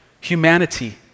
humanity